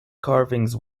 carvings